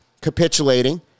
capitulating